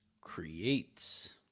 creates